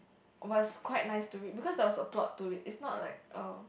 was quite nice to read because there was a plot to it it's not like um